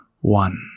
one